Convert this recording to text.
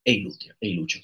eilių eilučių